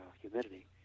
humidity